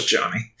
Johnny